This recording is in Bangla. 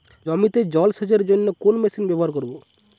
জমিতে জল সেচের জন্য কোন মেশিন ব্যবহার করব?